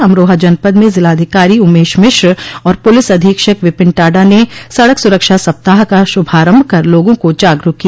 अमरोहा जनपद में जिलाधिकारी उमेश मिश्र और पुलिस अधीक्षक विपिन टाडा ने सड़क सुरक्षा सप्ताह का शुभारम्भ कर लोगों को जागरूक किया